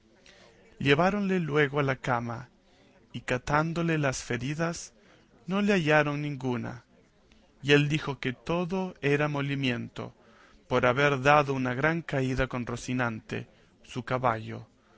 merced lleváronle luego a la cama y catándole las feridas no le hallaron ninguna y él dijo que todo era molimiento por haber dado una gran caída con rocinante su caballo